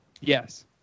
Yes